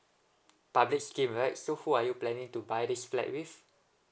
public scheme right so who are you planning to buy this flat with